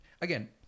Again